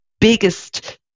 biggest